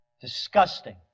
disgusting